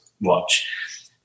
watch